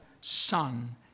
Son